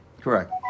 Correct